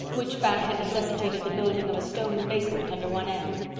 which fact had necessitated the building of a stone basement under one end.